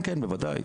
כן, כן, בוודאי.